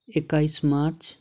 एक्काइस मार्च